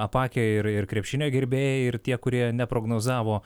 apakę ir ir krepšinio gerbėjai ir tie kurie neprognozavo